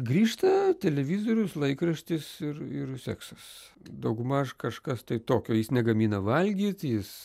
grįžta televizorius laikraštis ir ir seksas daugmaž kažkas tai tokio jis negamina valgyt jis